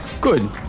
Good